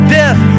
death